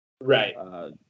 right